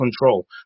control